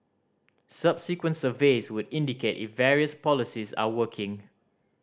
subsequent surveys would indicate if various policies are working